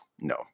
no